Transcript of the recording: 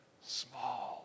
small